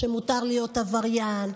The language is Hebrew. שמותר להיות עבריין,